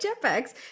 jetpacks